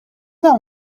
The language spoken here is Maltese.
dawn